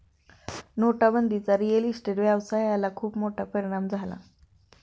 नोटाबंदीचा real estate व्यवसायाला खूप मोठा परिणाम झाला